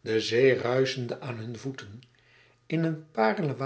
de zee ruischende aargang aan hunne voeten in een